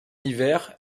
hiver